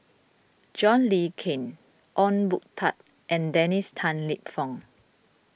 John Le Cain Ong Boon Tat and Dennis Tan Lip Fong